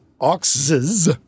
oxes